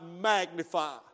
magnify